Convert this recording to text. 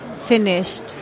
finished